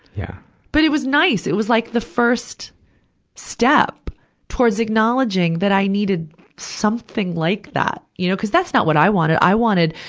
yeah but it was nice. it was like the first step towards acknowledging that i needed something like that, you know. cuz that's not what i wanted. i wanted,